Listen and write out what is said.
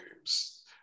games